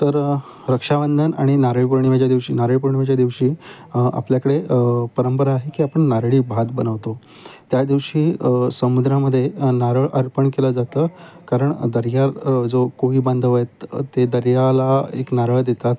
तर तर रक्षाबंधन आणि नारळपुर्णिव्याच्या दिवशी नारळपुर्णिम्याच्या दिवशी आपल्याकडे परंपरा आहे की आपण नारळी भात बनवतो त्यादिवशी समुद्रामदे नारळ अर्पण केलं जातं कारण दर्या जो कोही बांधव आहेत ते दर्याला एक नारळ देतात